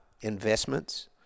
investments